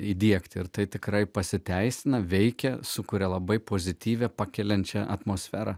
įdiegti ir tai tikrai pasiteisina veikia sukuria labai pozityvią pakeliančią atmosferą